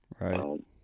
Right